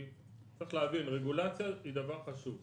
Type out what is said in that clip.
צריך להבין, רגולציה היא דבר חשוב,